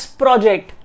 project